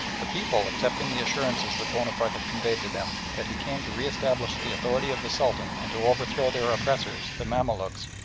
the people, accepting the assurances that bonaparte had conveyed to them, that he came to re-establish the authority of the sultan and to overthrow their oppressors, the mamaluks,